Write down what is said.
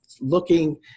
looking